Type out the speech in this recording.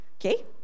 okay